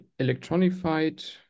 electronified